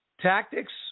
Tactics